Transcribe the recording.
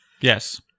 Yes